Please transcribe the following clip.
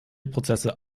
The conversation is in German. prozesse